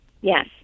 Yes